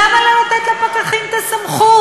למה לא לתת לפקחים את הסמכות?